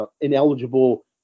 ineligible